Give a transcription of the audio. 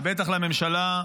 ובטח לממשלה,